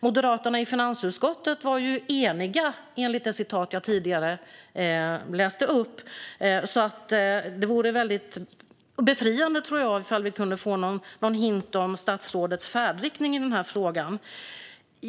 Moderaterna i finansutskottet var, enligt det citat jag tidigare läste upp, eniga. Det vore befriande ifall vi kunde få en hint om statsrådets färdriktning i frågan.